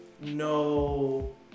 no